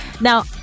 now